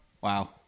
Wow